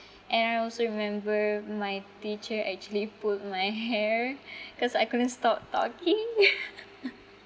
and I also remember my teacher actually pulled my hair cause I couldn't stop talking